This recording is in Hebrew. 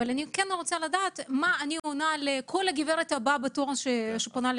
אבל אני כן רוצה לדעת מה אני עונה לכל מי שיפנה ללשכתי.